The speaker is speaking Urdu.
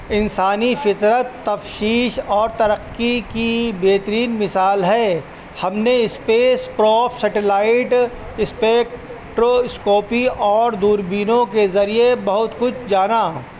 انسانی فطرت تفشیش اور ترقی کی بہترین مثال ہے ہم نے اسپیس پروب سیٹیلائٹ اسپکٹروسکوپی اور دوربینوں کے ذریعے بہت کچھ جانا